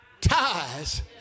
ties